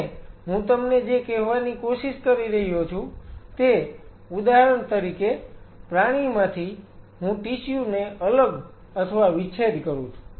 અને હું તમને જે કહેવાની કોશિશ કરી રહ્યો છું તે ઉદાહરણ તરીકે પ્રાણીમાંથી Refer Slide Time 1200 હું ટિશ્યુ ને અલગ અથવા વિચ્છેદ કરું છું